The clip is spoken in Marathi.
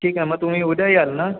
ठीक आहे मग तुम्ही उद्या याल ना